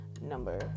number